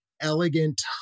elegant